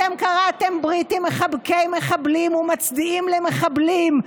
אתם כרתם ברית עם מחבקי מחבלים ומצדיעים למחבלים,